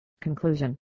Conclusion